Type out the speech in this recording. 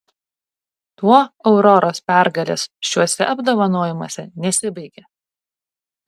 tuo auroros pergalės šiuose apdovanojimuose nesibaigė